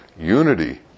Unity